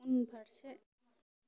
उनफारसे